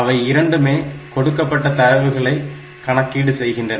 அவை இரண்டுமே கொடுக்கப்பட்ட தரவுகளை கணக்கீடு செய்கின்றன